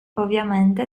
ovviamente